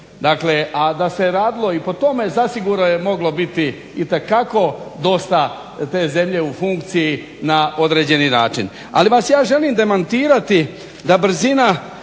Dakle, a da se radilo i po tome zasigurno je moglo biti itekako dosta te zemlje u funkciji na određeni način. Ali vas ja želim demantirati da brzina